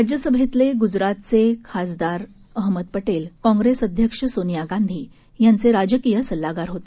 राज्यसभेतले गुजरातचे खासदार अहमद पटेल काँग्रेस अध्यक्ष सोनिया गांधी यांचे राजकीय सल्लागार होते